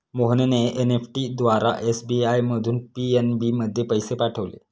मोहनने एन.ई.एफ.टी द्वारा एस.बी.आय मधून पी.एन.बी मध्ये पैसे पाठवले